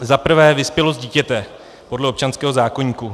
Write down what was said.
Za prvé vyspělost dítěte podle občanského zákoníku.